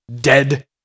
dead